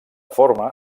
forma